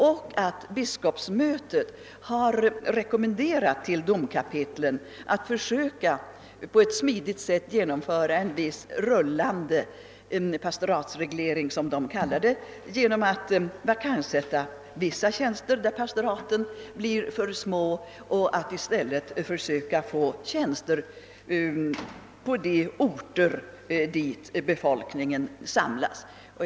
Likaså har biskopsmötet rekommenderat domkapitlen att försöka på ett smidigt sätt genomföra en viss vad man kallar rullande pastoratsreglering genom att vakanssätta vissa tjänster, i fall där pastoraten blir för små, och att i stället försöka inrätta tjänster på de orter dit befolkningen samlas.